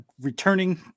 returning